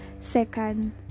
Second